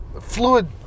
fluid